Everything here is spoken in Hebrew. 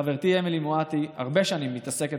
חברתי אמילי מואטי הרבה שנים מתעסקת